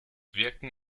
wirken